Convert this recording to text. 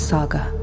Saga